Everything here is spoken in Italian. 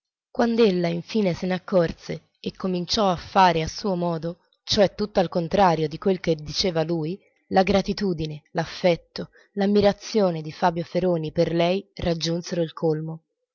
quand'ella infine se n'accorse e cominciò a fare a suo modo cioè tutt'al contrario di quel che diceva lui la gratitudine l'affetto l'ammirazione di fabio feroni per lei raggiunsero il colmo